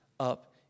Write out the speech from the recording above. up